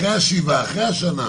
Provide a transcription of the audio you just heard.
אחרי השבעה, אחרי השנה.